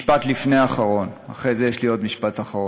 משפט לפני אחרון, אחרי זה יש לי עוד משפט אחרון.